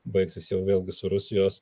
baigsis jau vėlgi su rusijos